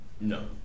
No